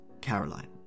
Caroline